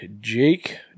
Jake